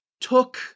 took